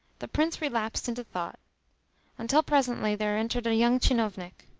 the prince relapsed into thought until presently there entered a young tchinovnik.